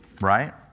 Right